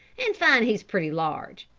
and find he is pretty large,